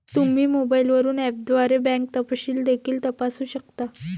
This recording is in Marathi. तुम्ही मोबाईलवरून ऍपद्वारे बँक तपशील देखील तपासू शकता